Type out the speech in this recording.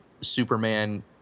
superman